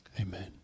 Amen